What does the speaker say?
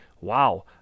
wow